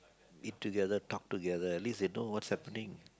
eat together talk together at least they know what's happening